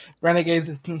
Renegades